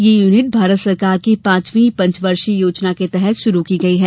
यह यूनिट भारत सरकार की पांचवी पंचवर्षीय योजना के तहत शुरू की गई है